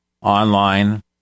online